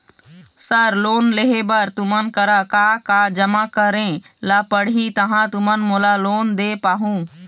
Sir loan लेहे बर तुमन करा का का जमा करें ला पड़ही तहाँ तुमन मोला लोन दे पाहुं?